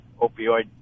opioid